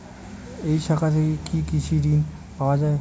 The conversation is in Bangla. এই শাখা থেকে কি কৃষি ঋণ পাওয়া যায়?